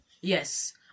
Yes